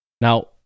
Now